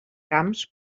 camps